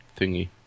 thingy